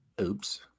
oops